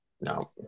No